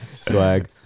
Swag